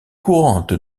courante